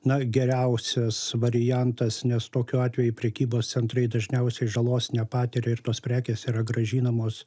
na geriausias variantas nes tokiu atveju prekybos centrai dažniausiai žalos nepatiria ir tos prekės yra grąžinamos